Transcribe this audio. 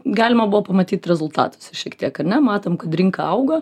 galima buvo pamatyt rezultatuose šiek tiek ar ne matom kad rinka auga